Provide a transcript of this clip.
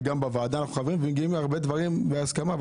וגם בוועדה אנחנו חברים ומגיעים להרבה דברים בהסכמה,